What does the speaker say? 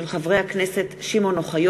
מאת חבר הכנסת חיים כץ,